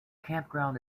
campground